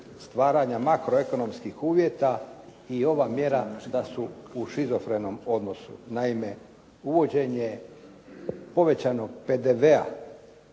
stvaranja makroekonomskih uvjeta i ova mjera u shizofrenom odnosu. Naime, uvođenje povećanog PDV-a